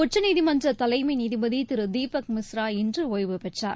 உச்சநீதிமன்ற தலைமை நீதிபதி திரு தீபக் மிஸ்ரா இன்று ஓய்வுபெற்றார்